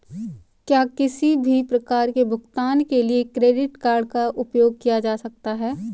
क्या किसी भी प्रकार के भुगतान के लिए क्रेडिट कार्ड का उपयोग किया जा सकता है?